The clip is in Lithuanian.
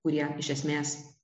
kurie iš esmės